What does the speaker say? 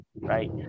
right